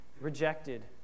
rejected